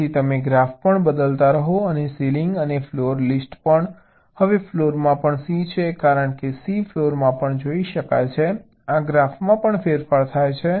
તેથી તમે ગ્રાફ પણ બદલતા રહો અને સીલિંગ અને ફ્લોર લિસ્ટ પણ હવે ફ્લોરમાં પણ C છે કારણ કે C ફ્લોરમાં પણ જોઈ શકાય છે આ ગ્રાફમાં પણ ફેરફાર થાય છે